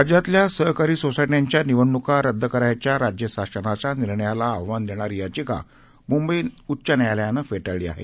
राज्यातल्या सहकारी सोसायट्यांच्या निवडणूका रद्द करायच्या राज्यशासनाच्या निर्णयाला आव्हान देणारी याचिका मुंबई उच्च न्यायालयानं फेटाळली आहे